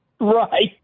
Right